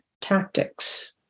tactics